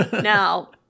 now